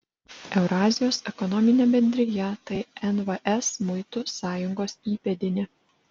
eurazijos ekonominė bendrija tai nvs muitų sąjungos įpėdinė